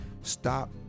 Stop